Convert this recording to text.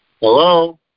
Hello